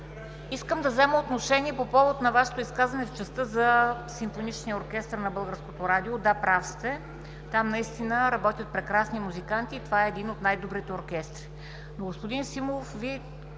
искам да взема отношение по повод на Вашето изказване в частта за Симфоничния оркестър на Българското радио. Да, прав сте. Там наистина работят прекрасни музиканти и това е един от най-добрите оркестри.